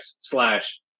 slash